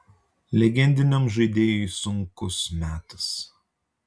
legendiniam žaidėjui sunkus metas